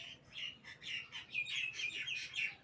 रोहिणीक अंजीर खाबा पसंद छेक